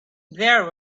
there